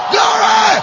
Glory